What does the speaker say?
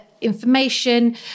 information